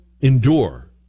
endure